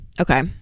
Okay